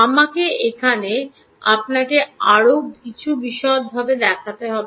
আমাকে এখানে আপনাকে আরও কিছু বিশদে দেখাব